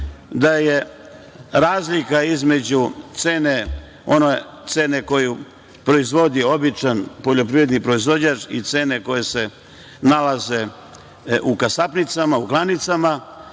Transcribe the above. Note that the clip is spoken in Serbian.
da je razlika između cene koju proizvodi običan poljoprivredni proizvođač i cene koje se nalaze u kasapnicama, u klanicama,